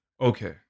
Okay